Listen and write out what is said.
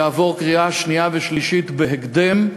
יעבור קריאה שנייה ושלישית בהקדם,